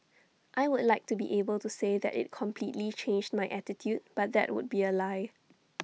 I would like to be able to say that IT completely changed my attitude but that would be A lie